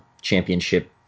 championship